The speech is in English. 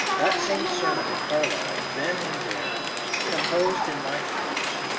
that same sermon at carlisle, then and there composed in my anguish,